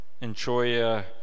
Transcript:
Enjoy